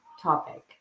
topic